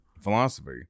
Philosophy